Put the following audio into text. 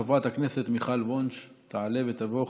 חברת הכנסת מיכל וונש תעלה ותבוא.